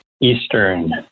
Eastern